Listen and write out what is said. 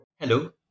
Hello